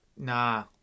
Nah